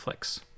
netflix